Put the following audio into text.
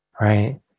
right